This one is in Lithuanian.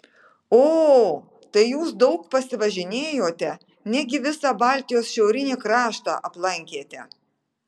o o o tai jūs daug pasivažinėjote negi visą baltijos šiaurinį kraštą aplankėte